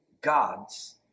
God's